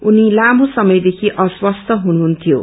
उनी लामो समयदेखि अस्वस्थ हुनुहुन्थ्यो